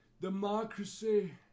Democracy